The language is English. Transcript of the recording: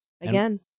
Again